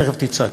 תכף תצעק.